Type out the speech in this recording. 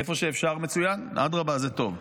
איפה שאפשר, מצוין, אדרבה, זה טוב,